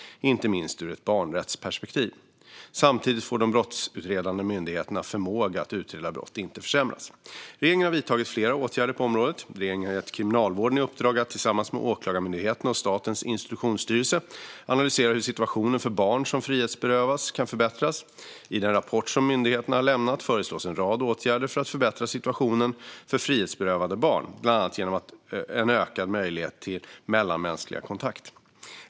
Samtidigt får de brottsutredande myndigheternas förmåga att utreda brott inte försämras. Regeringen har vidtagit flera åtgärder på området. Regeringen har gett Kriminalvården i uppdrag att tillsammans med Åklagarmyndigheten och Statens institutionsstyrelse analysera hur situationen för barn som frihetsberövas kan förbättras. I den rapport som myndigheterna har lämnat föreslås en rad åtgärder för att förbättra situationen för frihetsberövade barn, bland annat genom ökad möjlighet till mellanmänsklig kontakt.